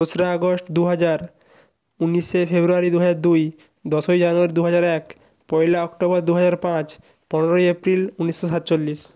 দোসরা আগস্ট দু হাজার ঊনিশে ফেব্রুয়ারি দু হাজার দুই দশই জানুয়ারি দু হাজার এক পয়লা অক্টোবর দু হাজার পাঁচ পনেরোই এপ্রিল ঊনিশশো সাতচল্লিশ